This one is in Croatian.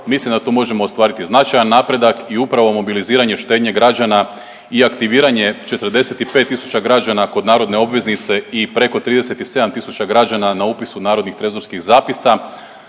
Mislim da tu možemo ostvariti značajan napredak i upravo mobiliziranje štednje građana i aktiviranje 45 tisuća građana kod narodne obveznice i preko 37 tisuća građana na upisu narodnih trezorskih zapisa,